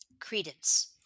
credence